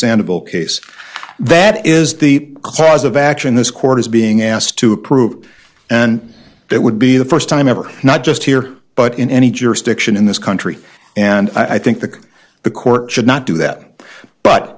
sandoval case that is the cause of action this court is being asked to approve and that would be the first time ever not just here but in any jurisdiction in this country and i think that the court should not do that but